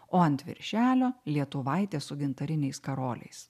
o ant viršelio lietuvaitė su gintariniais karoliais